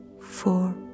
four